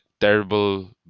Terrible